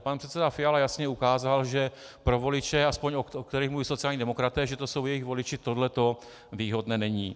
Pan předseda Fiala jasně ukázal, že pro voliče, aspoň o kterých mluví sociální demokraté, že to jsou jejich voliči, toto výhodné není.